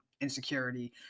insecurity